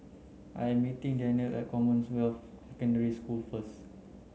I am meeting Danniel at Commonwealth Secondary School first